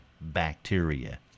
bacteria